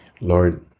Lord